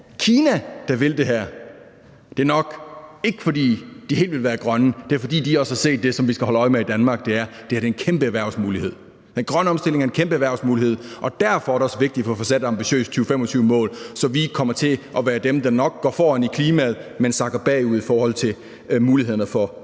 Kina! – der vil det her. Det er nok ikke, fordi de helt vil være grønne; det er, fordi de også har set det, som vi skal holde øje med i Danmark, nemlig at det her er en kæmpe erhvervsmulighed. Den grønne omstilling er en kæmpe erhvervsmulighed, og derfor er det også vigtigt at få sat et ambitiøst 2025-mål, så vi ikke kommer til at være dem, der nok går foran med klimaet, men sakker bagud med mulighederne for det